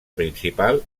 principal